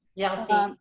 yelsey.